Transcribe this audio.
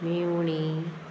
मिवणी